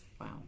Wow